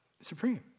supreme